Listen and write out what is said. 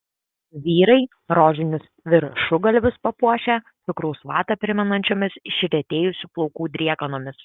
vyrai rožinius viršugalvius papuošę cukraus vatą primenančiomis išretėjusių plaukų driekanomis